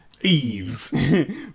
Eve